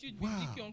Wow